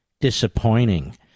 disappointing